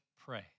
pray